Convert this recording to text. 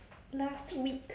last week